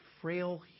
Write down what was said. frail